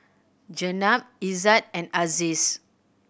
Jenab Izzat and Aziz